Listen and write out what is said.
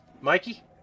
mikey